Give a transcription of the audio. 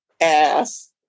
ass